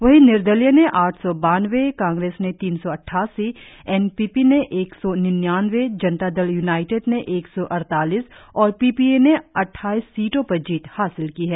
वही निर्दलीय ने आठ सौ बानवे कांग्रेस ने तीन सौ अठ्ठासी एन पी पी ने एक सौ निन्यानवे जनता दल यूनाइटेड ने एक सौ अड़तालीस और पी पी ए ने अठ्राइस सीटों पर जीत हासिल की है